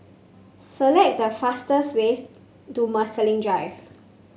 select the fastest way to Marsiling Drive